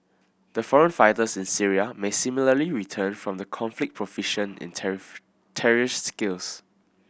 the foreign fighters in Syria may similarly return from the conflict proficient in terrorist skills